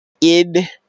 id